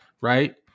Right